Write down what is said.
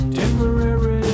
temporary